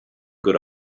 good